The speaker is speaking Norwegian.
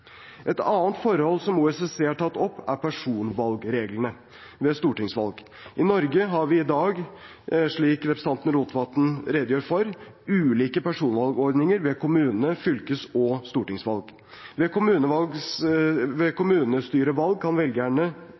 Et annet forhold som OSSE har tatt opp, er personvalgreglene ved stortingsvalg. I Norge har vi i dag, slik representanten Rotevatn redegjør for, ulike personvalgordninger for kommunestyre-, fylkestings- og stortingsvalg. Ved kommunestyrevalg har velgernes rettinger i dag stor betydning. Ved